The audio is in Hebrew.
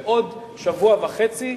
ועוד שבוע וחצי.